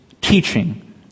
teaching